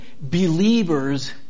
believers